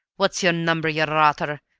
what's your number, you rotter?